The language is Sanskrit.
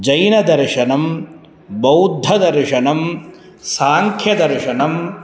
जैनदर्शनं बौद्धदर्शनं साङ्ख्यदर्शनं